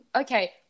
okay